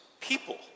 people